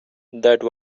that